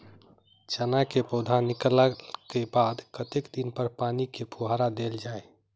चना केँ पौधा निकलला केँ बाद कत्ते दिन पर पानि केँ फुहार देल जाएँ?